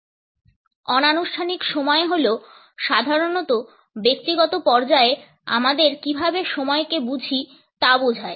অনানুষ্ঠানিক সময় হল সাধারণত ব্যক্তিগত পর্যায়ে আমাদের কীভাবে সময়কে বুঝি ত বোঝায়